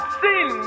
sin